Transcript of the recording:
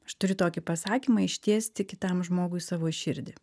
aš turiu tokį pasakymą ištiesti kitam žmogui savo širdį